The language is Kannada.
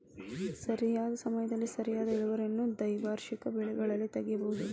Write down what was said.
ಸರಿಯಾದ ಸಮಯದಲ್ಲಿ ಸರಿಯಾದ ಇಳುವರಿಯನ್ನು ದ್ವೈವಾರ್ಷಿಕ ಬೆಳೆಗಳಲ್ಲಿ ತಗಿಬಹುದು